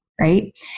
right